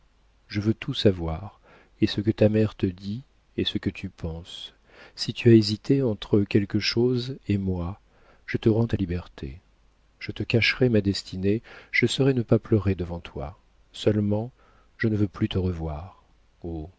je veux tout savoir et ce que ta mère te dit et ce que tu penses si tu as hésité entre quelque chose et moi je te rends ta liberté je te cacherai ma destinée je saurai ne pas pleurer devant toi seulement je ne veux plus te revoir